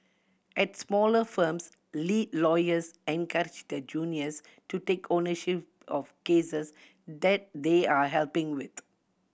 at smaller firms lead lawyers encourage their juniors to take ownership of cases that they are helping with